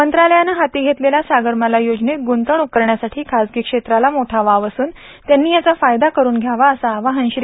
मंत्रालयानं हाती घेतलेल्या सागरमाला योजनेत ग्ंतवणूक करण्यासाठी खाजगी क्षेत्राला मोठा वाव असून त्यांनी याचा फायदा करुन घ्यावा असं आवाहन श्री